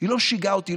היא לא שיגעה אותי.